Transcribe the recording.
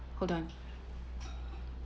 hold on